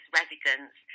residents